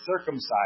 circumcised